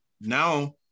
now